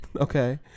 Okay